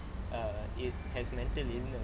err ill has mental illness